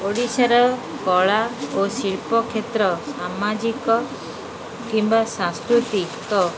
ଓଡ଼ିଶାର କଳା ଓ ଶିଳ୍ପ କ୍ଷେତ୍ର ସାମାଜିକ କିମ୍ବା ସାଂସ୍କୃତିକ